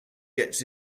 gets